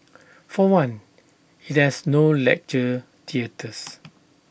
for one IT has no lecture theatres